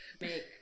make